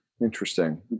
Interesting